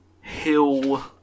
Hill